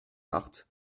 art